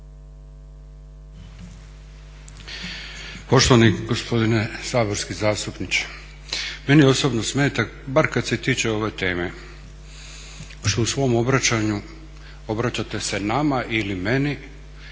Poštovani gospodine saborski zastupniče meni osobno smeta, bar kad se tiče ove teme, što u svom obraćanju obraćate se nama ili meni